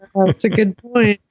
um that's a good point.